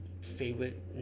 favorite